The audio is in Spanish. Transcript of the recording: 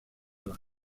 los